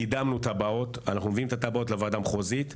קידמנו את הטבעות ואנחנו מביאים אותן לוועדה המחוזית.